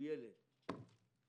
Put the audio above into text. הילד הוא ילד